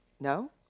No